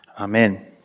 Amen